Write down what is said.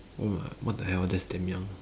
oh my what the hell that's damn young